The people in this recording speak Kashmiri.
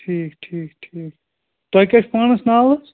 ٹھیٖک ٹھیٖک ٹھیٖک تۄہہِ کیٛاہ چھُ پانَس ناو حظ